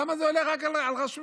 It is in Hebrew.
למה זה הולך רק על ראש ממשלה?